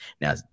Now